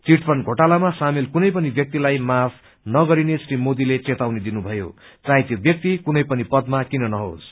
chit fund घोटालामा सामेल कुनै पनि व्याक्तिलाई माफ नगरिने श्री मोदीले चेतावनी दिनुभयो चाहे त्यो व्याक्ति कुनै पनि पदमा किन नहोस